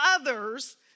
others